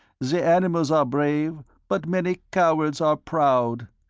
the animals are brave, but many cowards are proud.